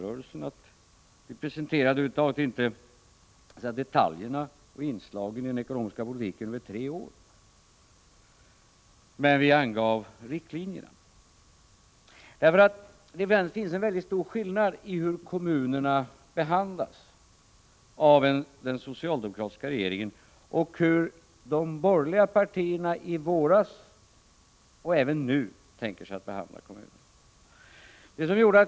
Över huvud taget presenterade vi inte detaljerna i den ekonomiska politiken under de kommande tre åren, men vi angav riktlinjerna. Det finns en mycket stor skillnad mellan regeringens och de borgerligas behandling — både i våras och även nu — av kommunerna.